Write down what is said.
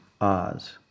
Oz